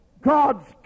God's